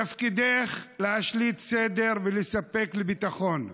תפקידך להשליט סדר ולספק ביטחון.